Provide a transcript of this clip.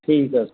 ਠੀਕ ਹੈ